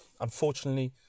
unfortunately